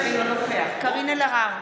אינו נוכח קארין אלהרר,